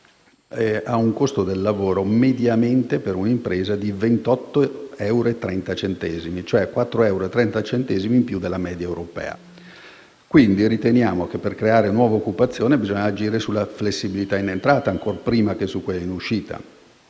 un costo del lavoro di 28,30 euro, cioè 4,30 euro in più della media europea. Quindi riteniamo che, per creare nuova occupazione, si debba agire sulla flessibilità in entrata, ancor prima che su quella in uscita,